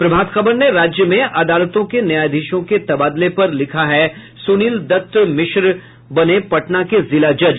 प्रभात खबर ने राज्य में अदालतों के न्यायाधीशों के तबादले पर लिखा है सुनील दत्ता मिश्रा बने पटना के जिला जज